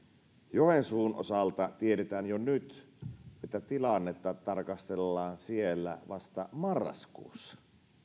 joensuun osalta tiedetään jo nyt että tilannetta tarkastellaan siellä vasta marraskuussa